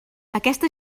aquesta